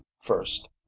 first